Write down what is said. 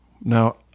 Now